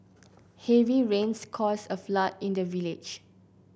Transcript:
heavy rains caused a flood in the village